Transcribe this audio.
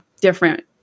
different